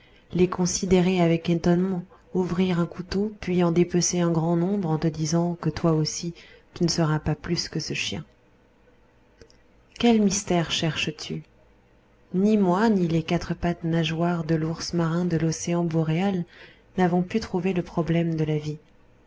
les considérer avec étonnement ouvrir un couteau puis en dépecer un grand nombre en te disant que toi aussi tu ne seras pas plus que ce chien quel mystère cherches-tu ni moi ni les quatre pattes nageoires de l'ours marin de l'océan boréal n'avons pu trouver le problème de la vie